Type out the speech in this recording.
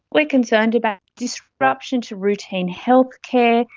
like concerned about disruption to routine healthcare,